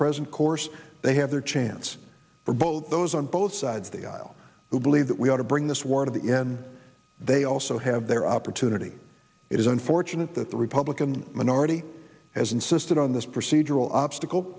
present course they have their chance for both those on both sides of the aisle who believe that we ought to bring this war to the end they also have their opportunity it is unfortunate that the republican minority has insisted on this procedural obstacle